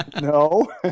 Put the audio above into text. No